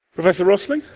professor rosling,